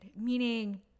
Meaning